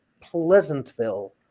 pleasantville